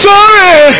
Sorry